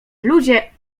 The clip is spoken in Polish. bluzie